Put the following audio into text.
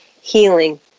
Healing